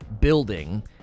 building